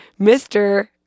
Mr